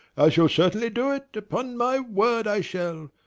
shall certainly do it, upon my word i shall!